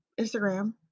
Instagram